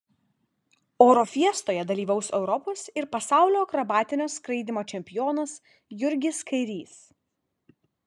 oro fiestoje dalyvaus europos ir pasaulio akrobatinio skraidymo čempionas jurgis kairys